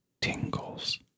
Tingles